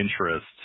interest